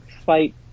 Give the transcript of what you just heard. fight